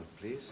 please